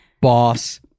Boss